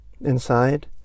Inside